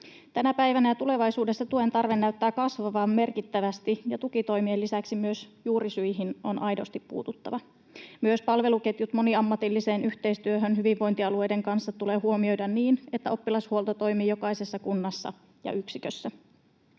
Tänä päivänä ja tulevaisuudessa tuen tarve näyttää kasvavan merkittävästi, ja tukitoimien lisäksi myös juurisyihin on aidosti puututtava. Myös palveluketjut moniammatilliseen yhteistyöhön hyvinvointialueiden kanssa tulee huomioida niin, että oppilashuolto toimii jokaisessa kunnassa ja yksikössä.